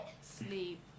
Sleep